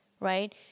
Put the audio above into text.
right